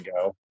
go